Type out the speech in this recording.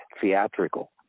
theatrical